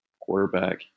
quarterback